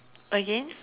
again